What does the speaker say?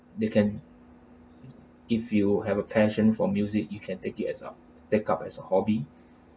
they can if you have a passion for music you can take it as up take up as a hobby